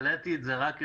העליתי את זה רק אתמול,